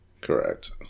Correct